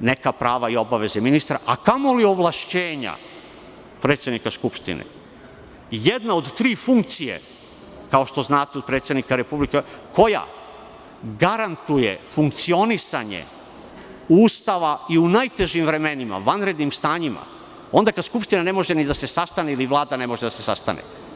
neka prava i obaveze ministra, a kamoli ovlašćenja predsednika Skupštine, jedna od tri funkcije predsednika republike, koja garantuje funkcionisanje Ustava i u najtežim vremenima, vanrednim stanjima, onda kad Skupština ne može ni da se sastane ili Vlada ne može da se sastane.